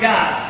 God